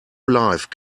life